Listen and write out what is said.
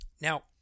Now